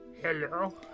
Hello